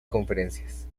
conferencias